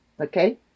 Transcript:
okay